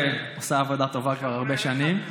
ועושה עבודה טובה כבר הרבה שנים.